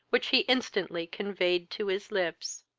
which he instantly conveyed to his lips.